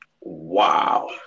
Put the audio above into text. Wow